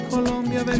Colombia